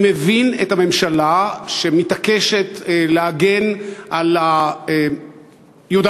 אני מבין את הממשלה שמתעקשת להגן על יהודה